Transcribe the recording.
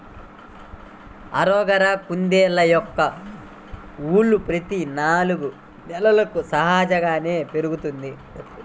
angora కుందేళ్ళ యొక్క ఊలు ప్రతి నాలుగు నెలలకు సహజంగానే పెరుగుతుంది